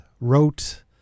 wrote